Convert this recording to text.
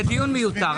זה דיון מיותר,